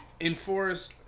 enforce